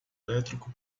elétrico